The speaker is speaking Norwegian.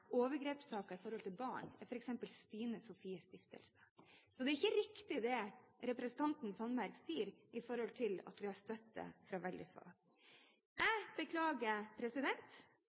overgrepssaker i forhold til barn, er f.eks. Stine Sofies Stiftelse. Så det som representanten Sandberg sier om at vi har støtte fra veldig få, er ikke riktig. Jeg beklager